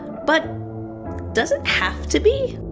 but doesn't have to be.